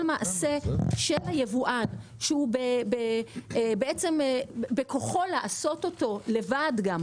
כל מעשה של היבואן שבכוחו לעשות לבד,